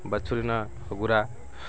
ବାଛୁରୀ ନାଁ ହଗୁରା